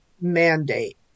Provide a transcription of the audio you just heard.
mandate